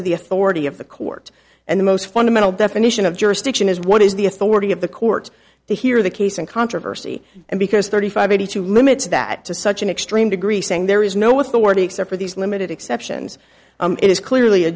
is the authority of the court and the most fundamental definition of jurisdiction is what is the authority of the court to hear the case and controversy and because thirty five eighty two limits that to such an extreme degree saying there is no what's the word except for these limited exceptions it is clearly a